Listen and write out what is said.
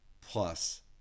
plus